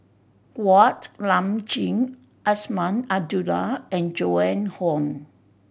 Kuak Nam Jin Azman Abdullah and Joan Hon